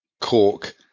cork